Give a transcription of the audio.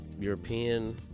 European